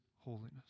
holiness